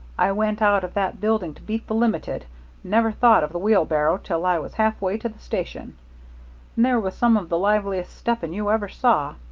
i went out of that building to beat the limited never thought of the wheelbarrow till i was halfway to the station. and there was some of the liveliest stepping you ever saw.